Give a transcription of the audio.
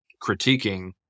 critiquing